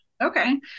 Okay